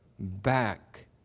Back